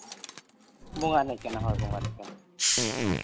ᱵᱚᱸᱜᱟ ᱮᱱᱮᱡ ᱠᱟᱱᱟ ᱦᱳᱭ ᱵᱚᱸᱜᱟ ᱮᱱᱮᱡ ᱠᱟᱱᱟ